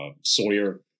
sawyer